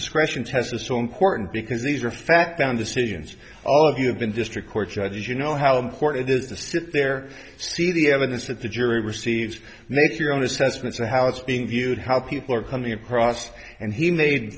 discretion test is so important because these are fact down decisions all of you have been district court judges you know how important is to sit there see the evidence that the jury receives make your own assessments of how it's being viewed how people are coming across and he made